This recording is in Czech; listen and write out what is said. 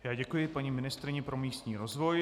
Já děkuji paní ministryni pro místní rozvoj.